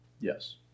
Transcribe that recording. Yes